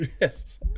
Yes